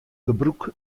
gebrûk